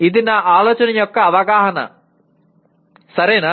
ఇది నా ఆలోచన యొక్క అవగాహన సరేనా